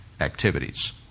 activities